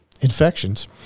infections